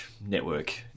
network